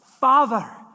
Father